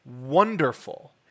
wonderful